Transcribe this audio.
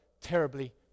terribly